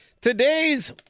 Today's